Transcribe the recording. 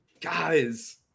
guys